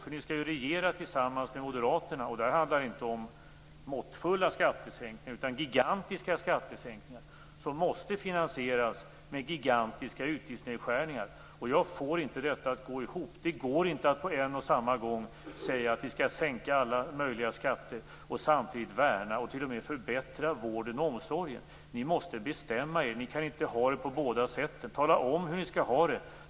Ni skall ju regera tillsammans med moderaterna. Där handlar det inte om måttfulla skattesänkningar utan om gigantiska skattesänkningar, som måste finansieras med gigantiska utgiftsnedskärningar. Jag får inte detta att gå ihop. Det går inte att på en och samma gång säga att ni skall sänka alla möjliga skatter och samtidigt värna och t.o.m. förbättra vården och omsorgen. Ni måste bestämma er, ni kan inte ha det på båda sätten. Tala om hur ni skall ha det!